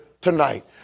tonight